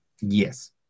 Yes